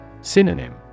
Synonym